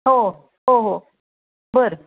हो हो हो बरं